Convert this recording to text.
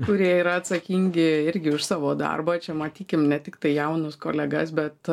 kurie yra atsakingi irgi už savo darbą čia matykim ne tiktai jaunus kolegas bet